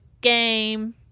game